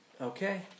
Okay